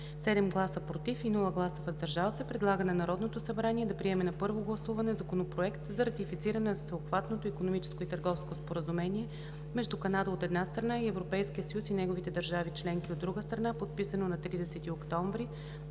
7 гласа „против“ и без „въздържал се“ предлага на Народното събрание да приеме на първо гласуване Законопроект за ратифициране на Всеобхватното икономическо и търговско споразумение между Канада, от една страна, и Европейския съюз и неговите държави членки, от друга страна, подписано на 30 октомври